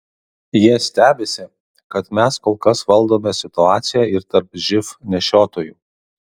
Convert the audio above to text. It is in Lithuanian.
jie stebisi kad mes kol kas valdome situaciją ir tarp živ nešiotojų